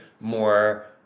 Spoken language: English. more